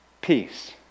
peace